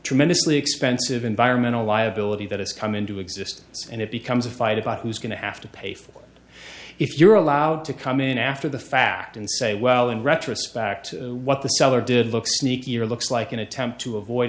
tremendously expensive environmental liability that has come into existence and it becomes a fight about who's going to have to pay for it if you're allowed to come in after the fact and say well in retrospect what the seller did looks sneaky or looks like an attempt to avoid